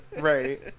Right